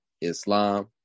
Islam